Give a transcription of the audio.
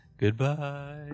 Goodbye